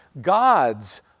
God's